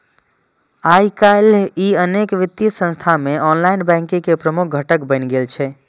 आइकाल्हि ई अनेक वित्तीय संस्थान मे ऑनलाइन बैंकिंग के प्रमुख घटक बनि गेल छै